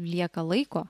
lieka laiko